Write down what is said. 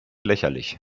lächerlich